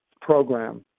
program